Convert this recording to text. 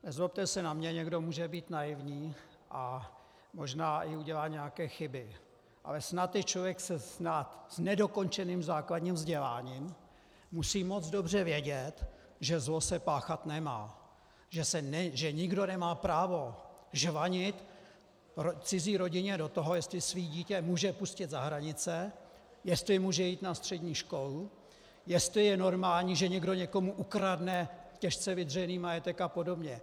Nezlobte se na mě, někdo může být naivní a možná i udělá nějaké chyby, ale snad i člověk s nedokončeným základním vzděláním musí moc dobře vědět, že zlo se páchat nemá, že nikdo nemá právo žvanit cizí rodině do toho, jestli své dítě může pustit za hranice, jestli může jít na střední školu, jestli je normální, že někdo někomu ukradne těžce vydřený majetek a podobně.